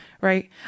right